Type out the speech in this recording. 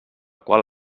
qual